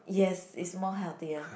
yes is more healthier